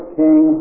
king